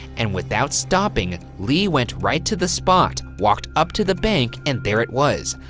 and without stopping, lee went right to the spot, walked up to the bank, and there it was.